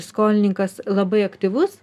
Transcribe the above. skolininkas labai aktyvus